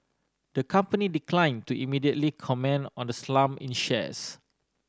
the company declined to immediately comment on the slump in shares